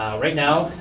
right now,